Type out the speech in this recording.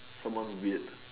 someone weird